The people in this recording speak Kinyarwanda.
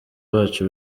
bacu